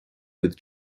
with